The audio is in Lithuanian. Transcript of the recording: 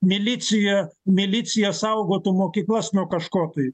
milicija milicija saugotų mokyklas nuo kažko tai